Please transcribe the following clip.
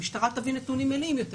המשטרה תבין נתונים מלאים יותר